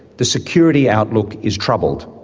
the security outlook is troubled.